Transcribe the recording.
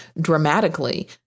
dramatically